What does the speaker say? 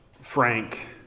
Frank